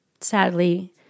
sadly